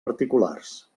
particulars